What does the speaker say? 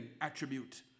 attribute